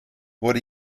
wurde